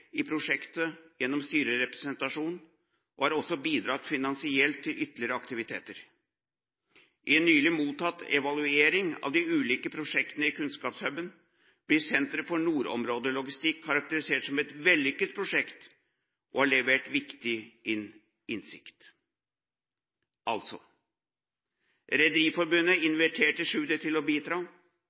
i prosjektet gjennom styrerepresentasjon og har også bidratt finansielt til ytterligere aktiviteter. I en nylig mottatt evaluering av de ulike prosjektene i kunnskapshub-en blir Senter for nordområdelogistikk karakterisert som et vellykket prosjekt som har levert viktig innsikt. Altså: Rederiforbundet inviterte Tschudi til å bidra.